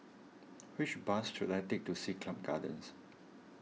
which bus should I take to Siglap Gardens